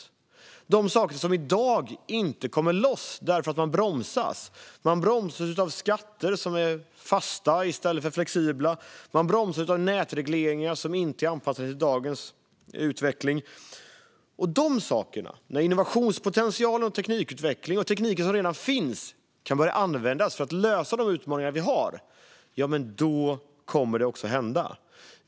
Det handlar om de saker som i dag inte kommer loss därför att de bromsas. De bromsas av skatter som är fasta i stället för flexibla, och de bromsas av nätregleringar som inte är anpassade till dagens utveckling. När de sakerna - innovationspotential, teknikutveckling och den teknik som redan finns - kan börja användas för att lösa de utmaningar vi har kommer det också att hända.